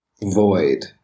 Void